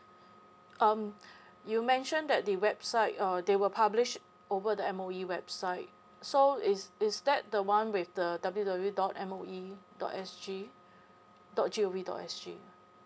um you mention that the website uh they will publish over the M_O_E website so is is that the one with the W W W dot M_O_E dot S G dot G O V dot S G